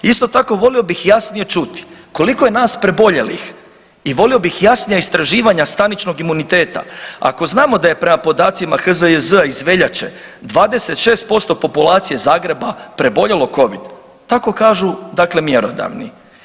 Isto tako volio bih jasnije čuti koliko je nas preboljelih i volio bih jasnija istraživanja staničnog imuniteta ako znamo da je prema podacima HZJZ iz veljače 26% populacije Zagreba preboljelo covid tako kažu dakle mjerodavni.